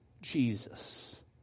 Jesus